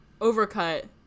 Overcut